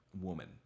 woman